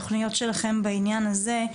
התכניות שלכם בעניין הזה.